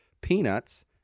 Peanuts